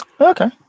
Okay